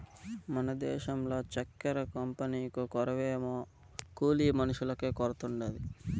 మన దేశంల చక్కెర కంపెనీకు కొరవేమో కూలి మనుషులకే కొరతుండాది